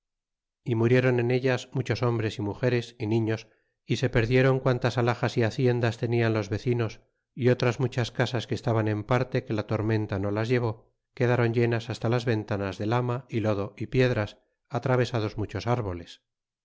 y murieron en ellas muchos hombres y mugeres y niños y se perdieron quantas alhajas y haciendas tenian los vecinos y otras muchas casas que estaban en parte que la tormenta no las llevó quedaron llenas hasta las ventanas de lama y lodo y piedras atravesados muchos árboles